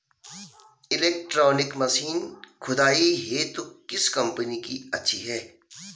Electronic machine खुदाई हेतु किस कंपनी की अच्छी है?